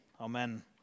Amen